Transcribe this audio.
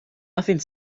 nothing